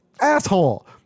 asshole